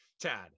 Tad